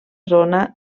zona